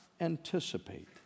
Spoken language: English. anticipate